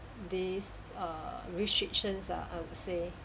these err restrictions ah I would say